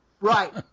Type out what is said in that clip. Right